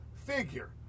Figure